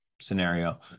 scenario